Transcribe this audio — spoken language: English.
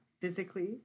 physically